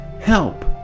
help